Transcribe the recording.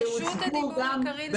רשות הדיבור היא לקארין סנדל.